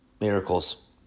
miracles